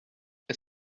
est